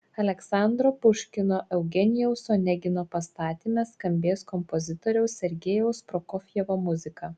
aleksandro puškino eugenijaus onegino pastatyme skambės kompozitoriaus sergejaus prokofjevo muzika